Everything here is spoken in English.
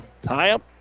tie-up